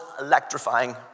electrifying